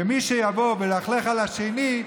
ומי שיבוא וילכלכך על השני,